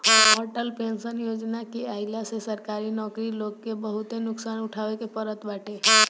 Atal pension योजना के आईला से सरकारी नौकर लोग के बहुते नुकसान उठावे के पड़ल बाटे